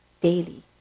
daily